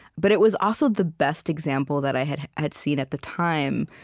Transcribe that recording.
but it was also the best example that i had had seen, at the time,